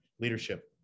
Leadership